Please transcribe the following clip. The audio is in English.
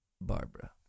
Barbara